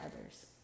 others